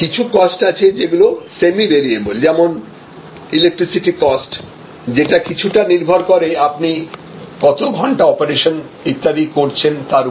কিছু কস্ট আছে যেগুলো সেমি ভেরিয়েবল যেমন ইলেকট্রিসিটি কস্ট যেটা কিছুটা নির্ভর করে আপনি কত ঘন্টা অপারেশন ইত্যাদি করছেন তার উপর